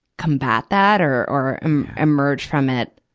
combat that or, or emerge from it.